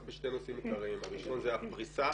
בשני נושאים עיקריים: הראשון זה הפריסה